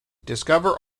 discover